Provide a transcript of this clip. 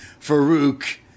farouk